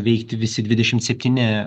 veikti visi dvidešimt septyni